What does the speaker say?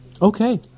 Okay